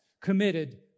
committed